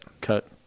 Cut